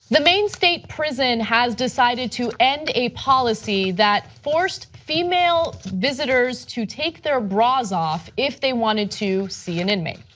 the maine state prison has decided to end a policy that forced female visitors to take their bras off if they wanted to see an inmate.